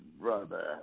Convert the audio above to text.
brother